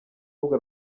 rubuga